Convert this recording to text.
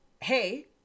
Hey